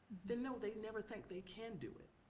then no, they never think they can do it,